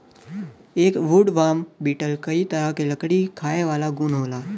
एक woodworm beetle कई तरह क लकड़ी खायेवाला घुन होला